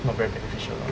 not very beneficial lah